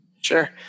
Sure